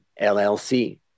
LLC